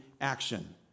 action